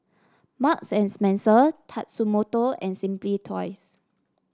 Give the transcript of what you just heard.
Marks and Spencer Tatsumoto and Simply Toys